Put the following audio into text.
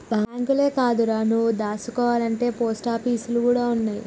బాంకులే కాదురో, నువ్వు దాసుకోవాల్నంటే పోస్టాపీసులు గూడ ఉన్నయ్